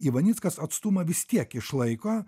ivanickas atstumą vis tiek išlaiko